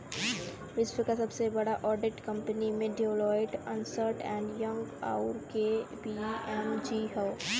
विश्व क सबसे बड़ा ऑडिट कंपनी में डेलॉयट, अन्सर्ट एंड यंग, आउर के.पी.एम.जी हौ